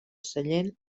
sallent